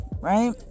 right